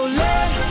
let